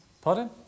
Pardon